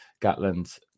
Gatland